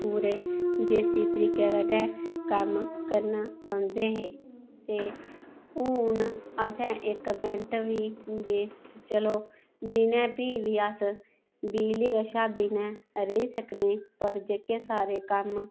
पूरे देसी तरीके कन्नै कम्म करने पौंदे हे ते हून असें इक मैंट्ट बी ते चलो दिनें फ्ही बी अस बिजली कशा बिना रेही सकने पर जेह्के सारे कम्म